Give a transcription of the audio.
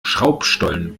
schraubstollen